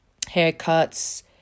haircuts